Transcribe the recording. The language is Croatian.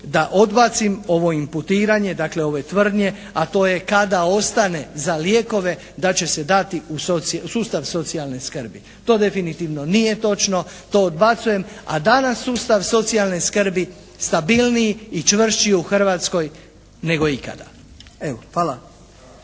da odbacim ovo imputiranje, dakle ove tvrdnje a to je kada ostane za lijekove da će se dati u sustav socijalne skrbi. To definitivno nije točno. To odbacujem, a danas je sustav socijalne skrbi stabilniji i čvršći u Hrvatskoj nego ikada. Evo, hvala.